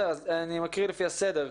אני מקריא לפי הסדר,